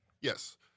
Yes